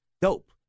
dope